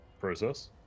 process